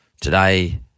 Today